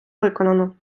виконано